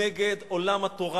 נגד עולם התורה.